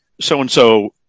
so-and-so